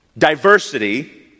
Diversity